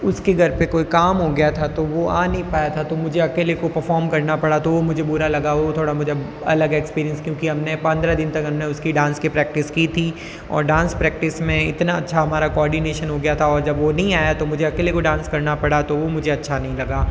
उसके घर पर कोई काम हो गया था तो वो आ नहीं पाया था तो मुझे अकेले को परफॉर्म करना पड़ा तो मुझे बुरा लगा वो थोड़ा मुझे अलग एक्सपीरियंस क्योंकि हमने पंद्रह दिन तक हमने उसकी डांस की प्रैक्टिस की थी और डांस प्रैक्टिस में इतना अच्छा हमारा कोआर्डिनेशन हो गया था और जब वो नहीं आया तो मुझे अकेले में डांस करना पड़ा तो वो मुझे अच्छा नहीं लगा